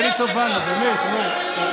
תעשה לי טובה, נו, באמת.